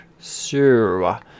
Sure